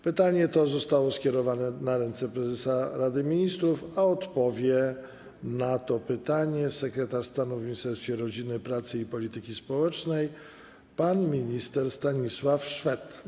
Pytanie to zostało skierowane na ręce prezesa Rady Ministrów, a odpowie na to pytanie sekretarz stanu w Ministerstwie Rodziny, Pracy i Polityki Społecznej pan minister Stanisław Szwed.